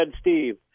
Steve